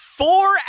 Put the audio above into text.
Four